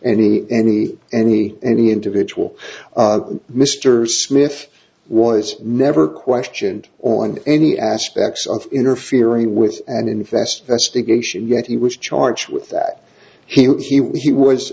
any any any any individual and mr smith was never questioned on any aspects of interfering with an investigation yet he was charged with that he was